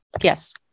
yes